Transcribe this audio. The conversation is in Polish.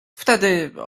wtedy